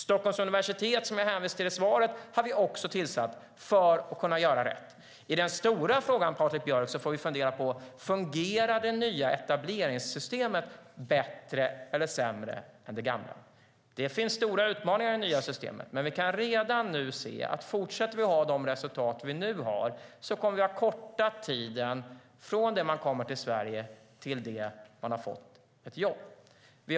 Stockholms universitet, som jag hänvisade till i svaret, har vi också gett ett uppdrag för att vi ska kunna göra rätt. I den stora frågan, Patrik Björck, får vi fundera på: Fungerar det nya etableringssystemet bättre eller sämre än det gamla? Det finns stora utmaningar i det nya systemet. Men vi kan redan nu se att om vi fortsätter att ha de resultat som vi nu har kommer vi att ha kortat tiden från det att man kommer till Sverige till det att man har fått ett jobb.